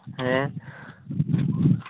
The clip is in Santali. ᱦᱮᱸ